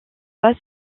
pas